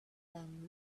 than